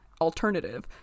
alternative